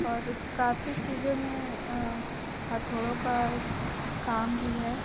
और काफ़ी चीज़ों में हथौड़ो का काम भी है